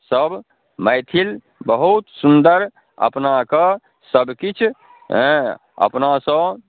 सब मैथिल बहुत सुन्दर अपनाके सबकिछु अँए अपनासब